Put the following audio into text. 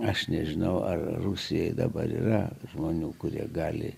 aš nežinau ar rusijoje dabar yra žmonių kurie gali